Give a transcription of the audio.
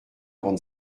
avant